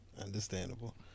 Understandable